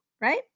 right